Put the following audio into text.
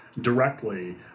directly